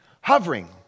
hovering